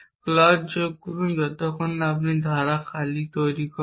clause যোগ করুন যতক্ষণ না আপনি খালি ধারা তৈরি করেন